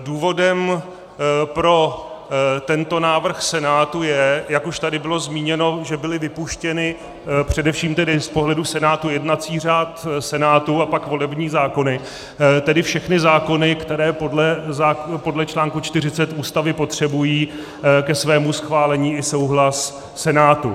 Důvodem pro tento návrh Senátu je, jak už tady bylo zmíněno, že byly vypuštěny především z pohledu Senátu jednací řád Senátu a pak volební zákony, tedy všechny zákony, které podle čl. 40 Ústavy potřebují ke svému schválení i souhlas Senátu.